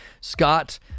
Scott